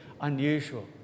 unusual